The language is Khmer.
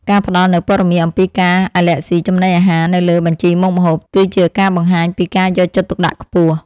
ការផ្តល់នូវព័ត៌មានអំពីការអាឡែស៊ីចំណីអាហារនៅលើបញ្ជីមុខម្ហូប គឺជាការបង្ហាញពីការយកចិត្តទុកដាក់ខ្ពស់។